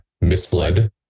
misled